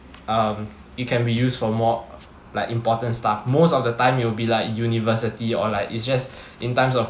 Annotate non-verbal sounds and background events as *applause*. um it can be used for more like important stuff most of the time you will be like university or like it's just *breath* in times of